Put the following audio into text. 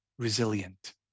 Resilient